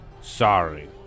sorry